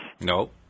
Nope